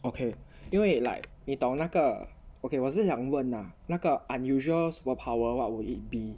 okay 因为 like 你懂那个 okay 我是想问 ah 那那个 unusual superpower what would it be